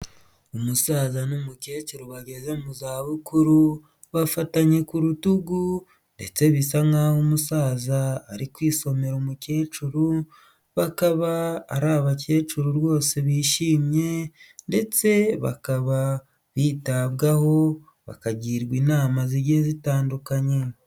Umusaza n'umukecuru bageze mu za bukuru bafatanye ku rutugu ndetse bisa nk'aho umusaza ari kwisomera umukecuru, bakaba ari abakecuru rwose bishimye ndetse bakaba bitabwaho, bakagirwa inama zigiye zitandukanye.